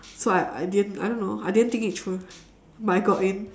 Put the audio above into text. so I I didn't I don't know I didn't think it through but I got in